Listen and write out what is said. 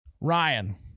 Ryan